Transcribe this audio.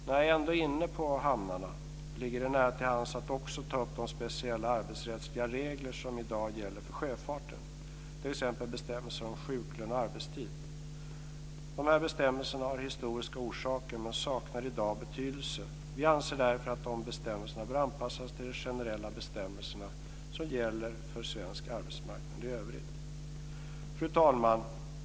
När jag ändå är inne på hamnarna ligger det nära till hands att också ta upp de speciella arbetsrättsliga regler som i dag gäller för sjöfarten, t.ex. bestämmelser om sjuklön och arbetstid. Dessa bestämmelser har historiska orsaker men saknar i dag betydelse. Vi anser därför att dessa bestämmelser bör anpassas till de generella bestämmelser som gäller för svensk arbetsmarknad i övrigt. Fru talman!